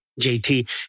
JT